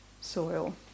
soil